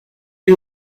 you